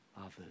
others